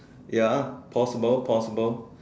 ya possible possible